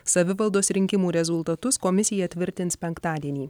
savivaldos rinkimų rezultatus komisija tvirtins penktadienį